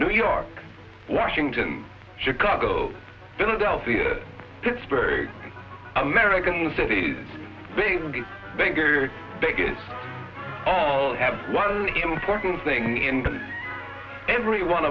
new york washington chicago philadelphia pittsburgh american cities big cities bigger biggest all have one important thing in every one